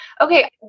okay